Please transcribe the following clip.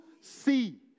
see